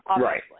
Right